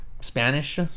Spanish